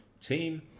team